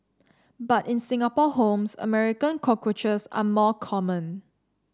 but in Singapore homes American cockroaches are more common